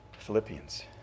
Philippians